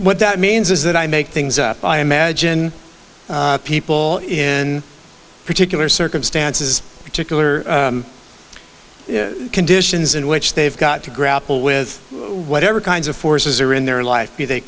what that means is that i make things up i imagine people in particular circumstances particular conditions in which they've got to grapple with whatever kinds of forces are in their life be they